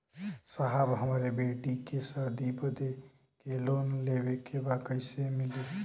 साहब हमरे बेटी के शादी बदे के लोन लेवे के बा कइसे मिलि?